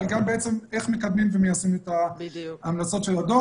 וזה איך מתכוונים ליישם את ההמלצות של הדוח